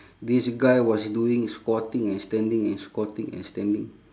this guy was doing squatting and standing and squatting and standing